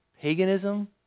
Paganism